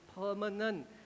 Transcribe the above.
permanent